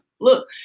look